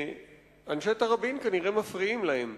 ואנשי תראבין כנראה מפריעים להם.